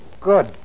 Good